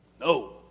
No